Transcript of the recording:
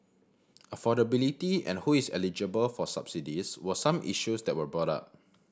affordability and who is eligible for subsidies were some issues that were brought up